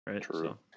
True